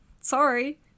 sorry